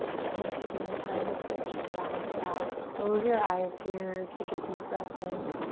and then taking the time to switch and balance it out. close your eyes here, take a deep breath in.